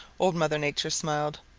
old mother nature smiled.